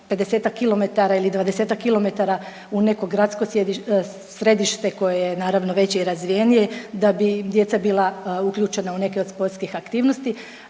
50-ak km ili 20-ak km u neko gradsko sjedište koje je, naravno, veće i razvijenije da bi djeca bila uključena u neke od sportskih aktivnosti.